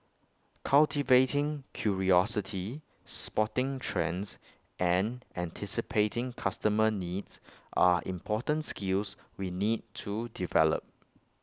cultivating curiosity spotting trends and anticipating customer needs are important skills we need to develop